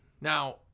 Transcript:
now